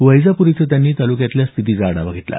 वैजापूर इथं त्यांनी तालुक्यातल्या स्थितीचा आढावा घेतला